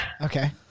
Okay